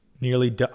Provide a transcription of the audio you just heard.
Nearly